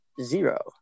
zero